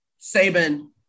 Saban